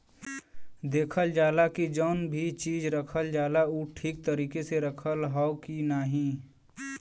देखल जाला की जौन भी चीज रखल जाला उ ठीक तरीके से रखल हौ की नाही